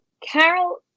Carol